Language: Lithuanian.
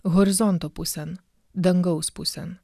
horizonto pusėn dangaus pusėn